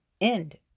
end